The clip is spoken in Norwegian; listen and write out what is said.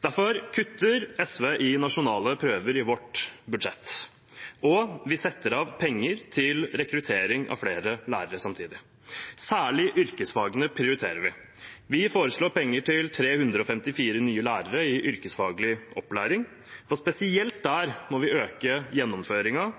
Derfor kutter SV i nasjonale prøver i vårt budsjett, og vi setter samtidig av penger til rekruttering av flere lærere. Særlig yrkesfagene prioriterer vi. Vi foreslår penger til 354 nye lærere i yrkesfaglig opplæring. Spesielt der må vi øke gjennomføringen.